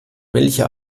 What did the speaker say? welcher